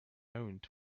owned